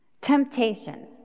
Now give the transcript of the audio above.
Temptation